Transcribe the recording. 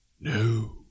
No